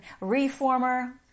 Reformer